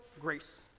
grace